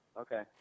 okay